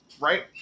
right